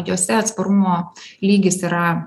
jose atsparumo lygis yra